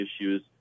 issues